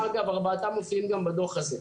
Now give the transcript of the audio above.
אגב, ארבעתם מופיעים גם בדוח הזה.